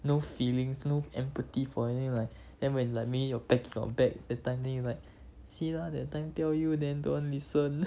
no feelings no empathy for them you'll like then when like maybe that time then you'll like see lah that time tell you then don't want listen